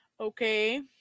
Okay